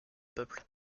peuple